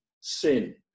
sin